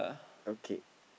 okay